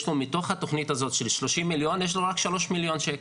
יש פה מתוך התכנית הזאת של 30,000,000 יש לנו רק 3,000,000 ש"ח.